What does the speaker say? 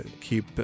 keep